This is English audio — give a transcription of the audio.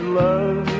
love